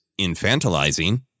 infantilizing